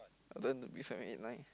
I don't want to be seven eight nine